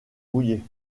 mouillée